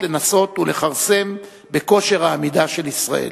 לנסות ולכרסם בכושר העמידה של ישראל.